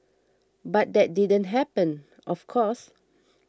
but that didn't happen of course